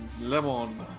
Lemon